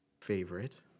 favorite